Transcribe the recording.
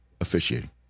officiating